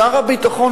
שר הביטחון,